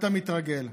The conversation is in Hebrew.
אתה מתרגל.